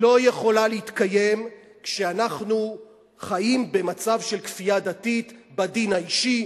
לא יכולה להתקיים כשאנחנו חיים במצב של כפייה דתית בדין האישי,